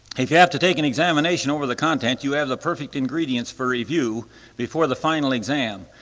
if you have to take an examination over the content you have the perfect ingredients for review before the final exam,